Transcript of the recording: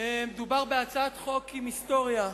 מדובר בהצעת חוק עם היסטוריה,